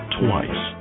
twice